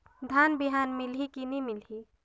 धान बिहान मिलही की नी मिलही?